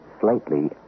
slightly